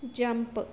jump